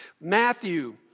Matthew